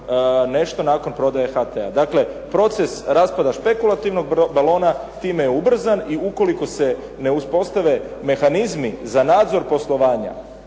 nešto nakon prodaje HT-a. Dakle, proces raspada špekulativnog balona time je ubrzan i ukoliko se ne uspostave mehanizmi za nadzor poslovanja